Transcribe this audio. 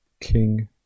king